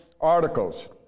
articles